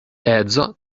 edzo